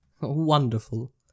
Wonderful